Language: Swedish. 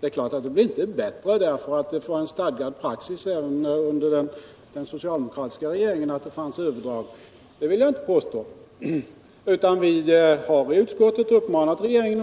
Det är klart att förhållandet inte blir bättre därför att det var en stadgad praxis även under den socialdemokratiska regeringens tid att det förekom överdrag, men utskottet har nu uppmanat regeringen